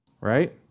right